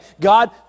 God